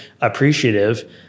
appreciative